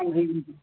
ਹਾਂਜੀ ਹਾਂਜੀ